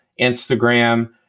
Instagram